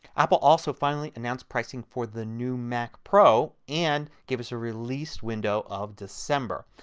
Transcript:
apple also finally announced pricing for the new mac pro and gave us a release window of december.